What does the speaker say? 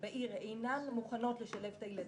בעיר אינן מוכנות לשלב את הילדים,